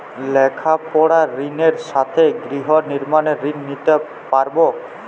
লেখাপড়ার ঋণের সাথে গৃহ নির্মাণের ঋণ নিতে পারব?